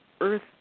Earth